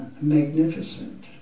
magnificent